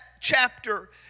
chapter